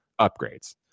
upgrades